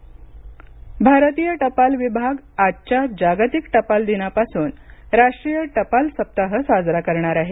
टपाल दिन भारतीय टपाल विभाग आजच्या जागतिक टपाल दिनापासून राष्ट्रीय टपाल सप्ताह साजरा करणार आहे